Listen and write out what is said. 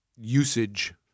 usage